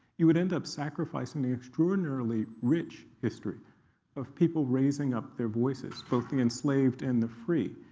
you would end up sacrificing the extraordinarily rich history of people raising up their voices, both the enslaved and the free,